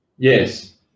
Yes